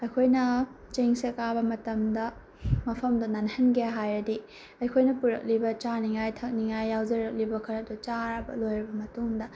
ꯑꯩꯈꯣꯏꯅ ꯆꯤꯡꯁꯦ ꯀꯥꯕ ꯃꯇꯝꯗ ꯃꯐꯝꯗꯣ ꯅꯥꯜꯍꯟꯒꯦ ꯍꯥꯏꯔꯗꯤ ꯑꯩꯈꯣꯏꯅ ꯄꯨꯔꯛꯂꯤꯕ ꯆꯥꯅꯤꯡꯉꯥꯏ ꯊꯛꯅꯤꯡꯉꯥꯏ ꯌꯥꯎꯖꯔꯛꯂꯤꯕ ꯈꯔꯗꯣ ꯆꯥꯔꯕ ꯂꯣꯏꯔꯕ ꯃꯇꯨꯡꯗ